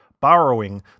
borrowing